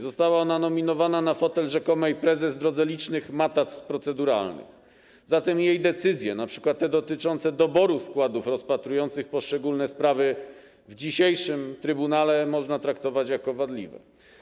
Została ona nominowana na fotel rzekomej prezes w drodze licznych matactw proceduralnych, zatem jej decyzje, np. te dotyczące doboru składów rozpatrujących poszczególne sprawy w dzisiejszym trybunale, można traktować jako wadliwe.